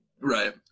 Right